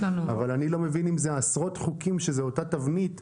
אני לא מבין אם אלה עשרות חוקים וזאת אותה תבנית,